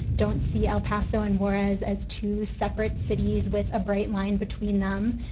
don't see el paso and juarez as two separate cities with a bright line between them.